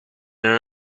non